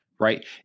Right